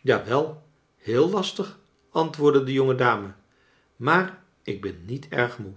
jn wel heel lastig antwoordde de jonge dame maar ik ben niet erg moo